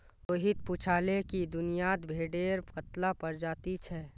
रोहित पूछाले कि दुनियात भेडेर कत्ला प्रजाति छे